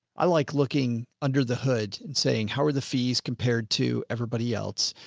i like looking under the hood and saying, how are the fees compared to everybody else?